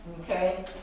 Okay